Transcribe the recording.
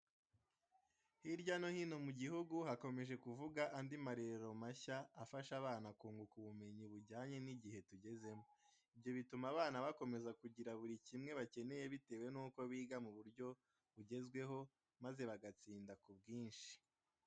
Hirya no hino mu gihugu hakomeje kuvuga andi marero mashya, afasha abana kunguka ubumenyi bujyanye ni igihe tugezemo. Ibyo bituma abana bakomeza kugira buri kimwe bakeneye bitewe nuko biga mu buryo bugezweho, maze bagatsinda ku bwinshi.